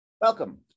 Welcome